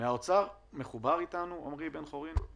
עמרי בן-חורין,